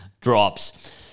drops